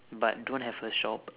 but don't have a shop